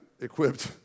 equipped